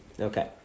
Okay